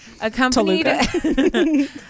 Accompanied